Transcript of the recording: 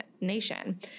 nation